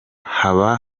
haba